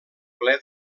ple